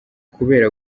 kubera